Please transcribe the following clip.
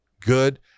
good